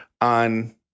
on